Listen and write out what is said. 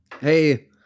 Hey